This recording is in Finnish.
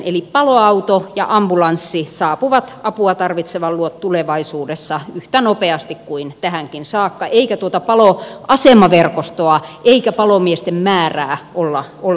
eli paloauto ja ambulanssi saapuvat apua tarvitsevan luo tulevaisuudessa yhtä nopeasti kuin tähänkin saakka eikä tuota paloasemaverkostoa eikä palomiesten määrää olla vähentämässä